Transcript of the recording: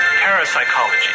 parapsychology